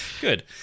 Good